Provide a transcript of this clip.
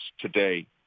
today